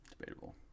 Debatable